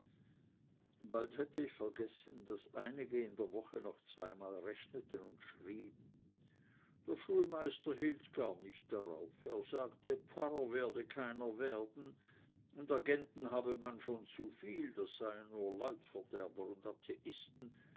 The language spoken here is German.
bald hätte ich vergessen daß einige in der woche noch zweimal rechneten und schrieben der schulmeister hielt gar nicht darauf er sagte pfarrer werde keiner werden und agenten habe man schon vielzuviel das seien nur leutverderber und atheisten